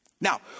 Now